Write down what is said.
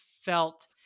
felt—